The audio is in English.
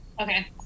Okay